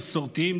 מסורתיים,